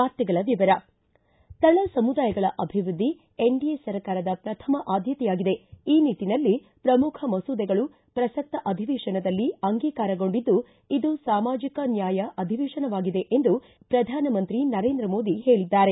ವಾರ್ತೆಗಳ ವಿವರ ತಳ ಸಮುದಾಯಗಳ ಅಭಿವೃದ್ಧಿ ಎನ್ಡಿಎ ಸರ್ಕಾರದ ಪ್ರಥಮ ಆದ್ಯತೆಯಾಗಿದೆ ಈ ನಿಟ್ಟನಲ್ಲಿ ಪ್ರಮುಖ ಮಸೂದೆಗಳು ಪ್ರಸಕ್ತ ಅಧಿವೇಶನದಲ್ಲಿ ಅಂಗೀಕಾರಗೊಂಡಿದ್ದು ಇದು ಸಾಮಾಜಿಕ ನ್ಯಾಯ ಅಧಿವೇಶನವಾಗಿದೆ ಎಂದು ಪ್ರಧಾನಮಂತ್ರಿ ನರೇಂದ್ರ ಮೋದಿ ಹೇಳಿದ್ದಾರೆ